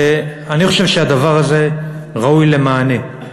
ואני חושב שהדבר הזה ראוי למענה.